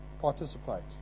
participate